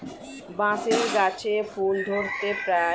বাঁশের গাছে ফুল ধরতে প্রায় একশ বছর মত লেগে যায়